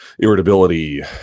irritability